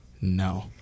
no